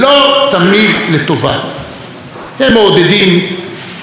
הם מעודדים שטחיות והתלהמות.